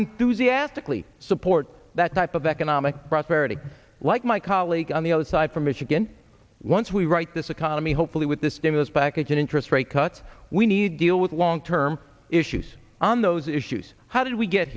enthusiastically support that type of economic prosperity like my colleague on the other side from michigan once we write this economy hopefully with this stimulus package and interest rate cuts we need deal with long term issues on those issues how did we get